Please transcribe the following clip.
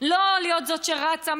לא להיות זאת שרצה,